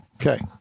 Okay